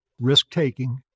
risk-taking